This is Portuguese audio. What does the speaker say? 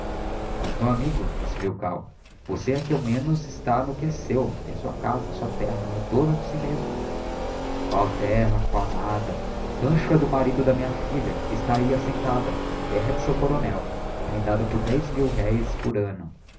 mas meu amigo disse milkau você aqui ao menos está no que é seu tem sua casa sua terra é dono de si mesmo qual terra qual nada rancho é do marido de minha filha que está ahi assentada terra é de seu coronel arrendada por dez mil reis por anno